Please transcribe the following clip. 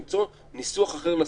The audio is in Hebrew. למצוא ניסוח אחר לסעיף,